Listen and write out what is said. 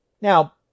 Now